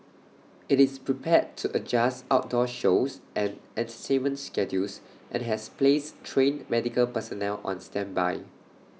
IT is prepared to adjust outdoor shows and entertainment schedules and has placed trained medical personnel on standby